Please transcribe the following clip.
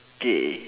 K